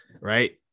right